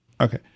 Okay